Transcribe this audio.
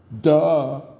Duh